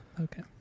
okay